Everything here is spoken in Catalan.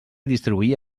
distribuir